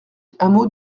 hameau